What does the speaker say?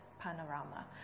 panorama